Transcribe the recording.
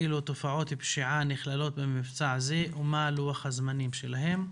אילו תופעות פשיעה נכללות במבצע הזה ומה לוח הזמנים שלהם.